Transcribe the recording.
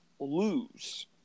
lose